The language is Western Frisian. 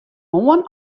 moarn